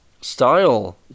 Style